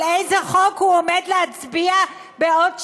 על איזה חוק הוא עומד להצביע בעוד שעה.